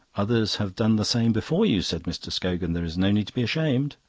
others have done the same before you, said mr. scogan. there is no need to be ashamed.